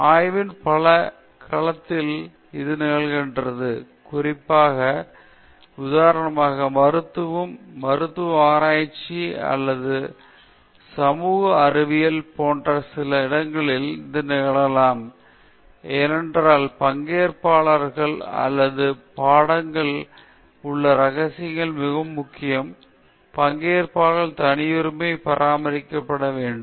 ஆய்வின் பல களங்களில் இது நிகழ்கிறது குறிப்பாக உதாரணமாக மருத்துவம் மருத்துவ ஆராய்ச்சி அல்லது சமூக அறிவியல் போன்ற சில இடங்களில் இது நிகழலாம் ஏனென்றால் பங்கேற்பாளர்கள் அல்லது பாடங்களில் உள்ள இரகசியத்தன்மை மிகவும் முக்கியம் பங்கேற்பாளர்களின் தனியுரிமை பராமரிக்கப்பட வேண்டும்